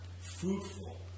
fruitful